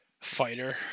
Fighter